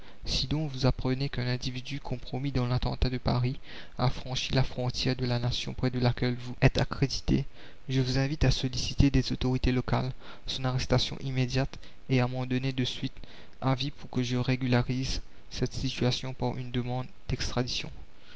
donc vous apprenez qu'un individu compromis dans l'attentat de paris a franchi la frontière de la nation près la commune de laquelle vous êtes accrédité je vous invite à solliciter des autorités locales son arrestation immédiate et à m'en donner de suite avis pour que je régularise cette situation par une demande d'extradition